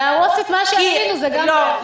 להרוס את מה שעשינו זה גם לא יפה.